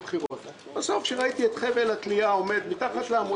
בסוף כשראיתי את חבל התלייה עומד מתחת לעמוד,